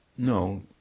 No